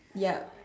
ya